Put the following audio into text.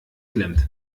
klemmt